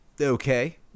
okay